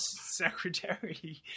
secretary